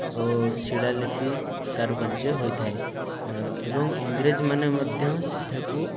ଆଉ ଶିଳାଲିପି କାରୁକାର୍ଯ୍ୟ ହୋଇଥାଏ ଏବଂ ଇଂରେଜ ମାନେ ମଧ୍ୟ ସେଠାକୁ